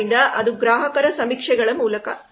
ಆದ್ದರಿಂದ ಅದು ಗ್ರಾಹಕರ ಸಮೀಕ್ಷೆಗಳ ಮೂಲಕ